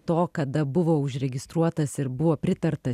to kada buvo užregistruotas ir buvo pritarta